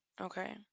Okay